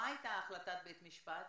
מה הייתה החלטת בית המשפט?